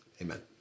amen